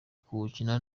kuwukina